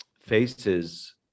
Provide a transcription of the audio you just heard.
faces